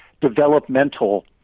developmental